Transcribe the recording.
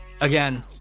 again